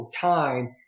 time